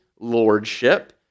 lordship